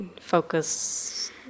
focus